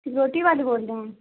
روٹی والے بول رہے ہیں